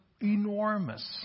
enormous